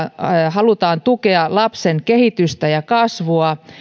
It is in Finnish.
halutaan tukea lapsen kehitystä ja kasvua